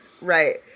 right